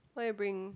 why you bring